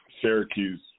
Syracuse